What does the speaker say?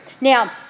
Now